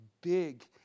big